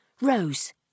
Rose